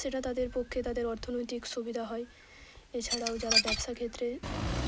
সেটা তাদের পক্ষে তাদের অর্থনৈতিক সুবিধা হয় এছাড়াও যারা ব্যবসা ক্ষেত্রে